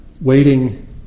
waiting